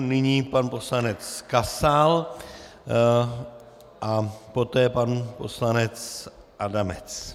Nyní pan poslanec Kasal a poté pan poslanec Adamec.